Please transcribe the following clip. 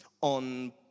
on